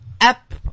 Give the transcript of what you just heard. app